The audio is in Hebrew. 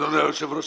אדוני היושב-ראש,